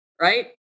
right